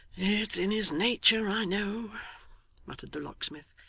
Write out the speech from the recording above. it's in his nature, i know muttered the locksmith,